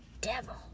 devil